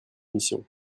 missions